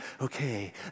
Okay